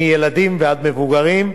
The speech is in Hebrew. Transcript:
מילדים ועד מבוגרים.